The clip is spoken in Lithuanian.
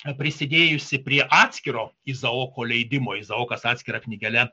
prisidėjusi prie atskiro izaoko leidimo izaokas atskira knygele